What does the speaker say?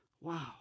Wow